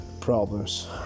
problems